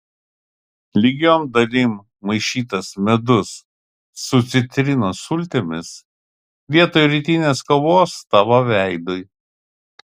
lygiom dalim maišytas medus su citrinos sultimis vietoj rytinės kavos tavo veidui